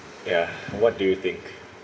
ya what do you think